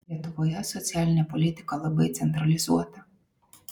lietuvoje socialinė politika labai centralizuota